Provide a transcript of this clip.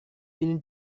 ini